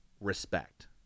Respect